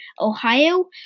Ohio